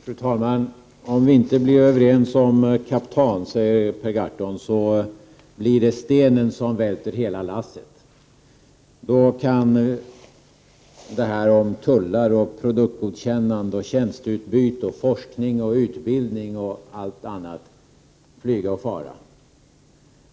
Fru talman! Om vi inte kommer överens om kaptan, säger Per Gahrton, så blir det stenen som välter hela lasset. Då kan tullar, produktgodkännanden, tjänsteutbyte, forskning, utbildning och allt annat flyga och fara.